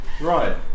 Right